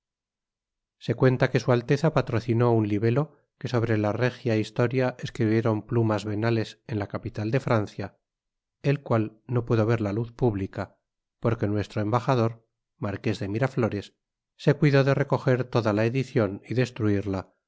se cuenta que su alteza patrocinó un libelo que sobre la regia historia escribieron plumas venales en la capital de francia el cual no pudo ver la luz pública porque nuestro embajador marqués de miraflores se cuidó de recoger toda la edición y destruirla